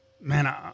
Man